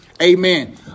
Amen